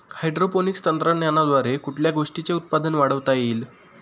Hydroponics तंत्रज्ञानाद्वारे कुठल्या गोष्टीचे उत्पादन वाढवता येईल?